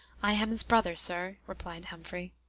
i am his brother, sir, replied humphrey.